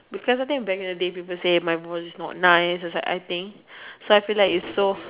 because back in the days people say my voice is not nice is like I think so I feel like is so